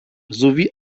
sowie